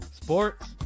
sports